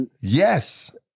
yes